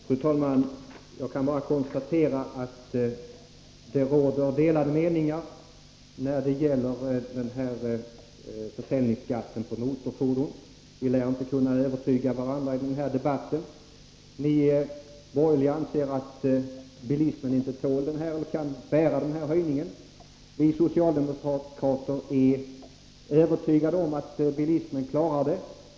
Fru talman! Jag kan bara konstatera att det råder delade meningar när det gäller försäljningsskatten på motorfordon, Vi lär inte kunna övertyga varandra i den här debatten. Ni borgerliga anser att bilismen inte kan bära den här höjningen. Vi socialdemokrater är övertygade om att bilismen klarar den.